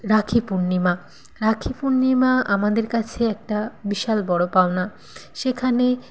রাখী পূর্ণিমা রাখী পূর্ণিমা আমাদের কাছে একটা বিশাল বড়ো পাওনা সেখানে